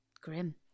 Grim